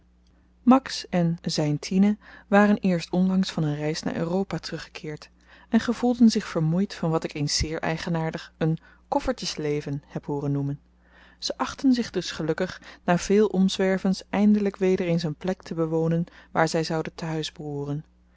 max en zyn tine waren eerst onlangs van een reis naar europa teruggekeerd en gevoelden zich vermoeid van wat ik eens zeer eigenaardig een koffertjes leven heb hooren noemen zy achtten zich dus gelukkig na veel omzwervens eindelyk weder eens een plek te bewonen waar zy zouden te-huis behooren